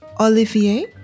Olivier